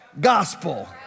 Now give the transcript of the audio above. gospel